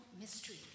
mystery